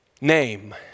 name